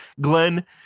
glenn